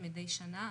מדי שנה,